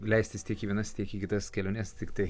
leistis tiek į venas tiek į kitas keliones tiktai